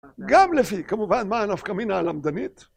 גם לפי, כמובן, מה הנפקת מינה הלמדנית.